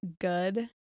good